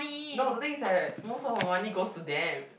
no the thing is that most of our money goes to them